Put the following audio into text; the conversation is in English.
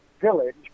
village